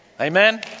Amen